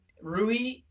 Rui